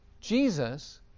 Jesus